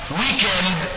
weekend